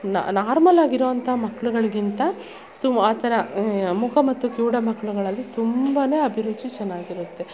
ನ ನಾರ್ಮಲಾಗಿರುವಂಥಾ ಮಕ್ಕಳುಗಳಿಗಿಂತ ತುಂಬ ಆ ಥರ ಮೂಕ ಮತ್ತು ಕಿವುಡ ಮಕ್ಳುಗಳಲ್ಲಿ ತುಂಬ ಅಭಿರುಚಿ ಚೆನ್ನಾಗಿರುತ್ತೆ